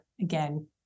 again